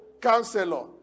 counselor